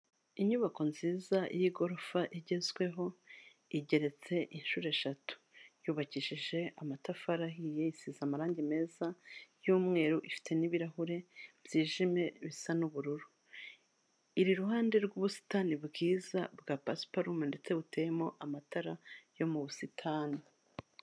Inyubako nziza y'igorofa igezweho igeretse inshuro eshatu yubakishije amatafari ahiye isize amarangi meza y'umweru ifite n'ibirahure byijimye bisa n'ubururu, iri iruhande rw'ubusitani bwiza bwa pasuparume ndetse buteyemo amatara yo mu busitani.